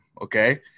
okay